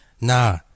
nah